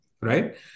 right